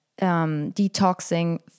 detoxing